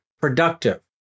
productive